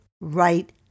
right